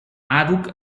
àdhuc